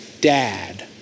dad